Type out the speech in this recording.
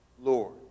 Lord